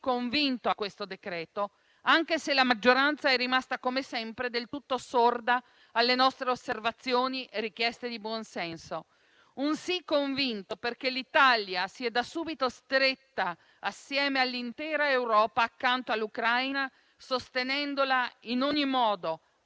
convinto a questo provvedimento, anche se la maggioranza è rimasta come sempre del tutto sorda alle nostre osservazioni e richieste di buon senso. Un sì convinto perché l'Italia si è da subito stretta, insieme all'intera Europa, accanto all'Ucraina, sostenendola in ogni modo,